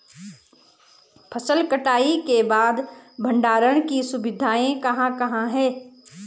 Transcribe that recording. फसल कटाई के बाद भंडारण की सुविधाएं कहाँ कहाँ हैं?